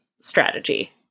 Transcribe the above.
strategy